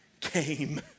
came